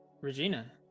Regina